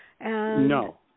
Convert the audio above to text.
No